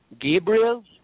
Gabriel